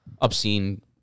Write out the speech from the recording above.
obscene